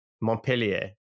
Montpellier